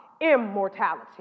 immortality